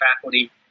faculty